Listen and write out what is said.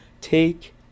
take